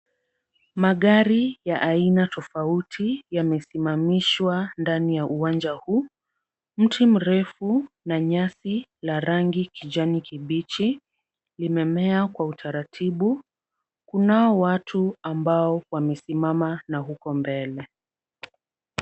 Magari ya aina tofauti yamesimamishwa ndani ya uwanja huu. Mti mrefu na nyasi la rangi kijani kibichi inamea kwa utaratibu. Kunao watu ambao wamesimama na huko mbele.